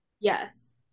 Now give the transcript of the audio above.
yes